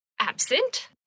absent